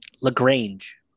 Lagrange